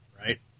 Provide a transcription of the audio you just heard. right